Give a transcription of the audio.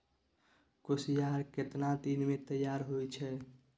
कोसियार केतना दिन मे तैयार हौय छै?